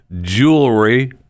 jewelry